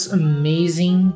amazing